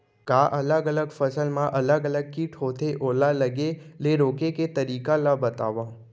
का अलग अलग फसल मा अलग अलग किट होथे, ओला लगे ले रोके के तरीका ला बतावव?